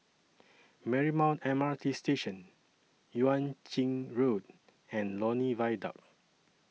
Marymount M R T Station Yuan Ching Road and Lornie Viaduct